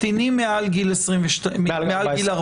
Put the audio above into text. קטינים מעל גיל 14,